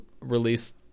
release